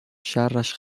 شرش